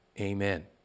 Amen